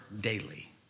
daily